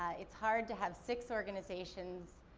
it's hard to have six organizations,